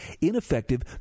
ineffective